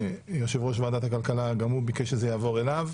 יושב-ראש ועדת הכלכלה גם הוא ביקש שזה יעבור אליו.